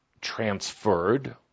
transferred